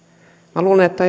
minä luulen että